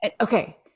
Okay